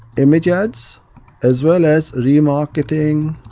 image ads as well as re-marketing